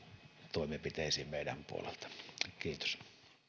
toimenpiteisiin meidän puoleltamme kiitos